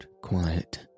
quiet